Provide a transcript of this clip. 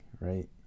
right